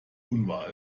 unwahr